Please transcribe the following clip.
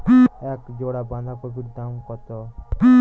এক জোড়া বাঁধাকপির দাম কত?